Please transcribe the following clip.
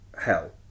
hell